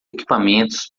equipamentos